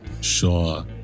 sure